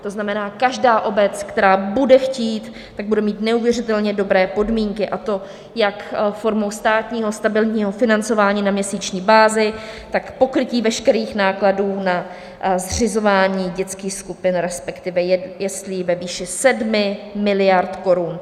To znamená, každá obec, která bude chtít, tak bude mít neuvěřitelně dobré podmínky, a to jak formou státního stabilního financování na měsíční bázi, tak pokrytí veškerých nákladů na zřizování dětských skupin, respektive jeslí, ve výši 7 miliard korun.